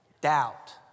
doubt